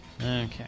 Okay